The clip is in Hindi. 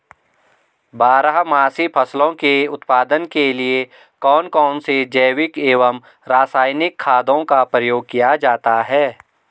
बारहमासी फसलों के उत्पादन के लिए कौन कौन से जैविक एवं रासायनिक खादों का प्रयोग किया जाता है?